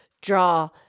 draw